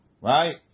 Right